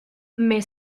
mais